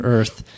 Earth